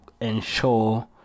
ensure